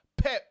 Pep